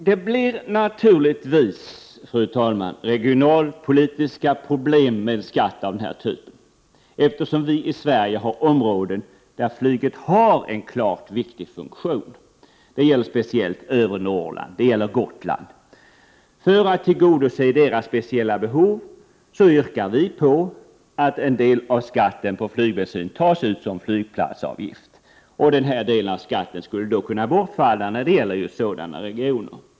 Det blir naturligtvis, fru talman, regionalpolitiska problem med en skatt av denna typ, eftersom vi i Sverige har områden där flyget har en klart viktig funktion. Det gäller speciellt övre Norrland och Gotland. För att tillgodose deras speciella behov yrkar vi på att en del av skatten på flygbensin tas ut som flygplatsavgift. Denna del av skatten skulle då bortfalla när det gäller sådana regioner.